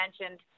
mentioned